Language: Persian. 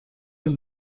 این